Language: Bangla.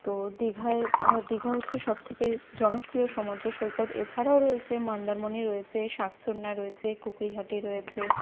তো দীঘায় দীঘা হচ্ছে সবথেকে জনপ্রিয় সমুদ্র সৈকত এছাড়াও রয়েছে মন্দারমনি রয়েছে শাকচুন্না রয়েছে কুকরিহাটি রয়েছে